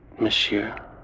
monsieur